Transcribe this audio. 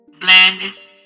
blandness